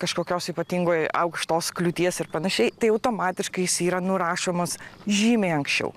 kažkokios ypatingoj aukštos kliūties ir panašiai tai automatiškai jis yra nurašomas žymiai anksčiau